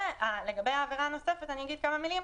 ולגבי העבירה נוספת, אני אגיד כמה מילים,